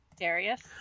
Darius